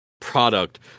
product